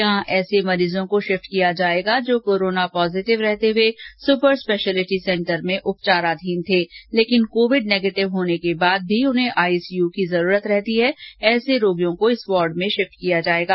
यहां ऐसे मरीजों को शिफ्ट किया जाएगा जो कोरोना पॉजिटिव रहते हुए सुपर स्पेशियलिटी सेंटर में उपचाराधीन थे मगर कोविड नेगेटिव होने के बाद भी उन्हें आईसीय की जरूरत रहती है ऐसे रोगियों को इस वार्ड में शिफ्ट किया जाएगा